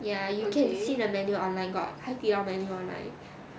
ya you can see the menu online got 海底捞 menu online